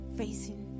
facing